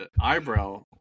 eyebrow